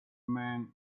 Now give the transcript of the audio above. men